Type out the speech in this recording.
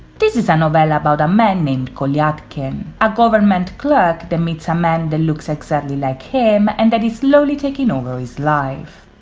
this is a novella about a man named golyadkin, a government clerk the meets a man that looks exactly like him and that is slowly taking over his life.